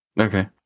Okay